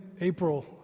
April